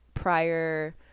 prior